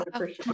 Okay